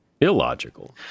illogical